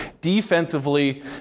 Defensively